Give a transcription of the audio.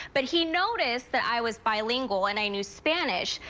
but he noticed that i was bilingual and i knew spanish.